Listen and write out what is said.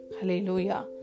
Hallelujah